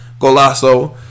Golasso